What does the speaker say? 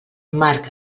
marc